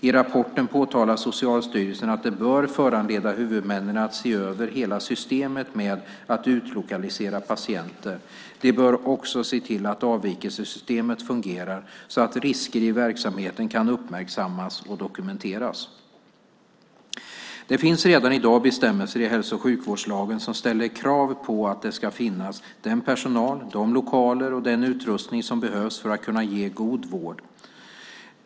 I rapporten påtalar Socialstyrelsen att det bör föranleda huvudmännen att se över hela systemet med att utlokalisera patienter. De bör också se till att avvikelsesystemen fungerar så att risker i verksamheten kan uppmärksammas och dokumenteras. Det finns redan i dag bestämmelser i hälso och sjukvårdslagen som ställer krav på att det ska finnas den personal, de lokaler och den utrustning som behövs för att god vård ska kunna ges.